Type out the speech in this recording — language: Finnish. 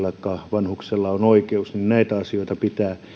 vanhuksella on oikeus ja näitä asioita pitää